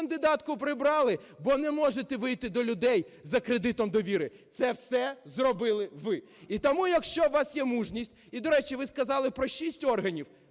кандидатку прибрали, бо не можете вийти до людей за кредитом довіри. Це все зробили ви. І тому, якщо у вас є мужність, і, до речі, ви сказали про шість органів,